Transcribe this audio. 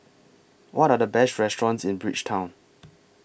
What Are The Best restaurants in Bridgetown